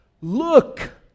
look